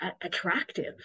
Attractive